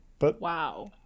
wow